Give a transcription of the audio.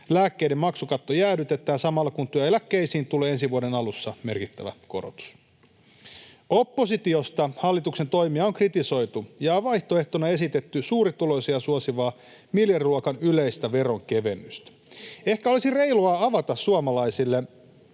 Lääkkeiden maksukatto jäädytetään samalla, kun työeläkkeisiin tulee ensi vuoden alussa merkittävä korotus. Oppositiosta hallituksen toimia on kritisoitu ja vaihtoehtona esitetty suurituloisia suosivaa miljardiluokan yleistä veronkevennystä. Ehkä olisi reilua avata suomalaisille